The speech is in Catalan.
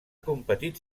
competit